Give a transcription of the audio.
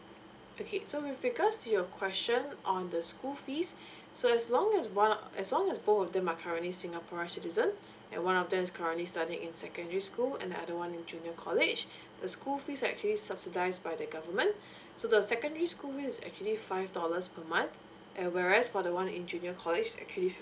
okay so with regards to your question on the school fees so as long as one of uh as long as both of them are currently singaporean citizen and one of them is currently studying in secondary school and another one in junior college the school fees are actually subsidized by the government so the secondary school fees is actually five dollars per month and whereas for the one in junior college is actually